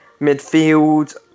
Midfield